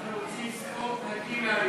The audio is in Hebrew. אנחנו רוצים ספורט נקי מאלימות.